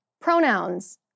Pronouns